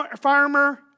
farmer